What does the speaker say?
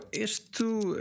isto